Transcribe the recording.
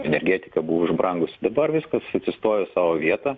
energetika buvo išbrangusi dabar viskas atsistojo į savo vietą